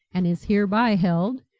and is hereby held,